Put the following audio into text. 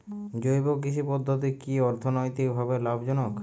জৈব কৃষি পদ্ধতি কি অর্থনৈতিকভাবে লাভজনক?